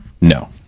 no